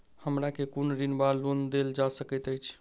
हमरा केँ कुन ऋण वा लोन देल जा सकैत अछि?